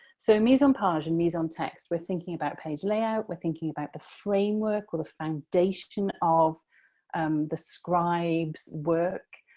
so, mise-en-page and mise-en-texte we're thinking about page layout, we're thinking about the framework or the foundation of the scribes' work.